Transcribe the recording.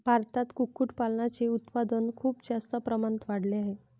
भारतात कुक्कुटपालनाचे उत्पादन खूप जास्त प्रमाणात वाढले आहे